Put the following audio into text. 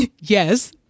Yes